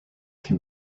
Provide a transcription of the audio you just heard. can